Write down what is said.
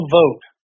vote